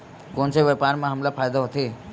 कोन से व्यापार म हमला फ़ायदा होथे?